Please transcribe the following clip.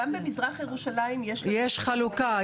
יש חלוקה,